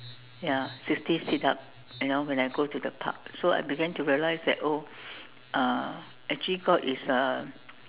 ya sixty sit up you know when I go to the park so I began to realise that oh uh actually God is uh